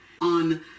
on